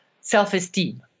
self-esteem